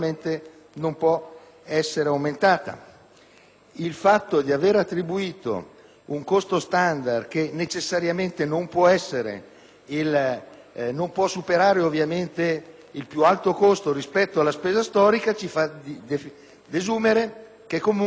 aumentato. L'aver attribuito un costo standard che necessariamente non può superare il più alto costo rispetto alla spesa storica ci fa desumere che comunque non potrà che esserci un calo